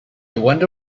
wonder